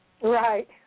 Right